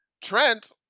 Trent